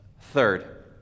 third